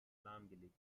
lahmgelegt